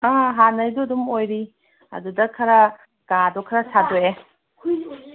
ꯑꯥ ꯍꯥꯟꯅꯩꯗꯨꯗꯨꯝ ꯑꯣꯏꯔꯤ ꯑꯗꯨꯗ ꯈꯔ ꯀꯥꯗꯣ ꯈꯔ ꯁꯥꯗꯣꯛꯑꯦ